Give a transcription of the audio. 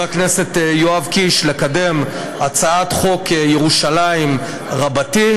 הכנסת יואב קיש לקדם הצעת חוק ירושלים רבתי.